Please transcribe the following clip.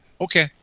Okay